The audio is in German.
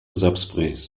subsp